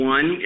One